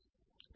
तो यह केस 1 है